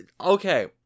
Okay